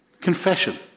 Confession